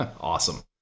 Awesome